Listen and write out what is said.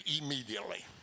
immediately